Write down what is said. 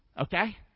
okay